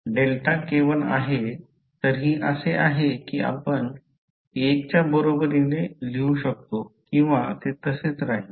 delta k1 आहे तरीही असे आहे की आपण 1 च्या बरोबरीने लिहू शकतो किंवा ते तसेच राहील